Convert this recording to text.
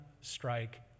strike